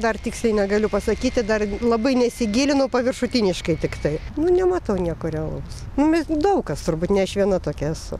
dar tiksliai negaliu pasakyti dar labai nesigilinu paviršutiniškai tiktai nu nematau nieko realaus bet daug kas turbūt ne aš viena tokia esu